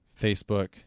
Facebook